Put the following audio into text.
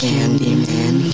Candyman